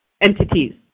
entities